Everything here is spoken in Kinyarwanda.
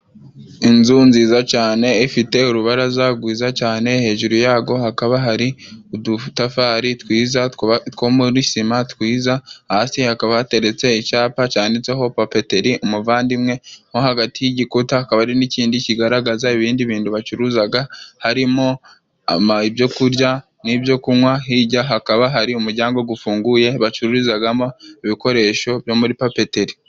Inzu nziza cane ifite urubaraza gwiza cane, hejuru yagwo hakaba hari udutafari twiza two muri sima twiza, hasi hakaba hateretse icapa canditseho Papeteri Umuvandimwe, mo hagati y'igikuta hakaba ari n'ikindi kigaragaza ibindi bintu bacuruzaga, harimo ibyo ku kurya n'ibyo kunywa, hijya hakaba hari umujyango gufunguye bacururizagamo ibikoresho byo muri papeteri.